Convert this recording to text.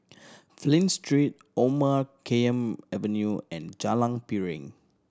Flint Street Omar Khayyam Avenue and Jalan Piring